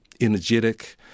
energetic